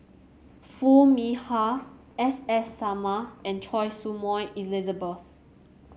Foo Mee Har S S Sarma and Choy Su Moi Elizabeth